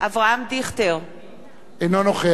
אינו נוכח דני דנון,